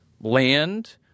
land